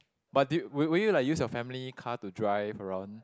but do you would would you like use your family car to drive around